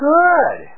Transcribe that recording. good